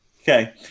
Okay